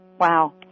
Wow